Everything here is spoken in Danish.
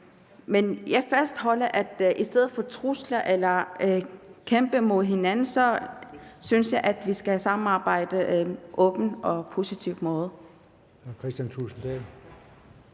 men jeg fastholder, at vi i stedet for trusler eller at kæmpe mod hinanden skal samarbejde åbent og på en positiv måde.